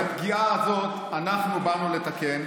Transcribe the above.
את הפגיעה הזאת אנחנו באנו לתקן.